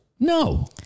No